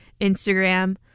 Instagram